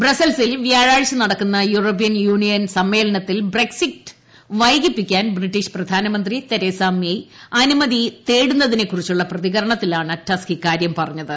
ബ്രസൽസിൽ വ്യാഴാഴ്ച നടക്കുന്ന European union സമ്മേളനത്തിൽ ബ്രെക്സിറ്റ് വൈകിപ്പിക്കാൻ ബ്രിട്ടീഷ് പ്രധാനമന്ത്രി തെരേസ മേയ് അനുമതി തേടുന്നതിനെക്കുറിച്ചുളള പ്രതികരണത്തിലാണ് ടസ്ക് ഇക്കാര്യം പറഞ്ഞത്